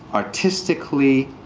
artistically,